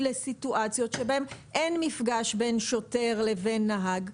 לסיטואציות בהן אין מפגש בין שוטר לבין נהג,